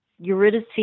Eurydice